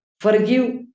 Forgive